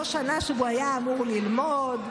זו שנה שהוא היה אמור ללמוד,